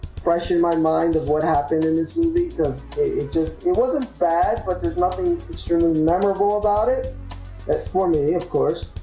fresh in my mind of what happened and this one because it just it wasn't bad. but there's nothing extremely memorable about it it's for me, of course,